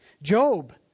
Job